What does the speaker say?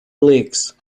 lakes